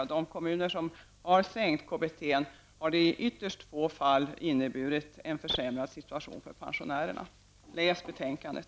I de kommuner som har sänkt KBT är det i ytterst få fall som det inneburit en försämrad situation för pensionärerna. Läs betänkandet!